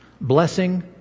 blessing